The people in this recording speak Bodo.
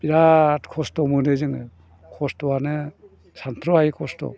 बिराद खस्थ' मोनो जोङो खस्थ'आनो सान्थ्रहायै खस्थ'